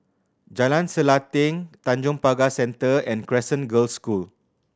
Jalan Selanting Tanjong Pagar Centre and Crescent Girls' School